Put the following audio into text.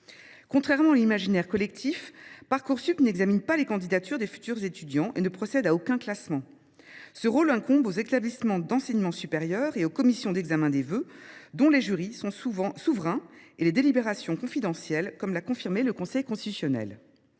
renvoie l’imaginaire collectif, Parcoursup n’examine pas les candidatures des futurs étudiants et ne procède à aucun classement. Ce rôle incombe aux établissements d’enseignement supérieur et aux commissions d’examen des vœux, dont les jurys sont souverains et les délibérations sont confidentielles, comme l’a confirmé le Conseil constitutionnel.